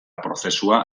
prozesua